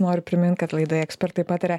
noriu primint kad laidoje ekspertai pataria